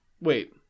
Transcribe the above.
Wait